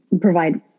provide